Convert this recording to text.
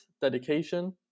dedication